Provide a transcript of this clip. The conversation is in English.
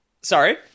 Sorry